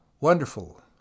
wonderful